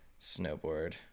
snowboard